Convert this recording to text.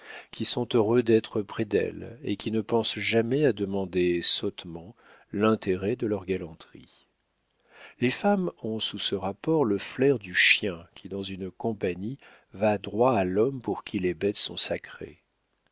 qui sont heureux d'être près d'elles et qui ne pensent jamais à demander sottement l'intérêt de leur galanterie les femmes ont sous ce rapport le flair du chien qui dans une compagnie va droit à l'homme pour qui les bêtes sont sacrées